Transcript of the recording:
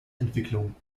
entwicklungen